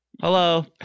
hello